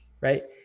right